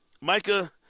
micah